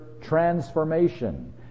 transformation